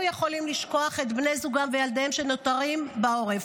יכולים לשכוח את בני זוגם וילדיהם שנותרים בעורף.